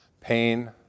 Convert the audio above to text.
pain